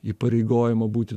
įpareigojimą būti